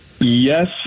Yes